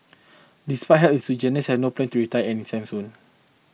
despite health issue Jansen has no plan to retire any time soon